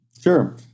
Sure